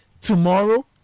tomorrow